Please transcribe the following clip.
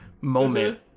moment